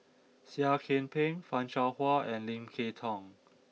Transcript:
Seah Kian Peng Fan Shao Hua and Lim Kay Tong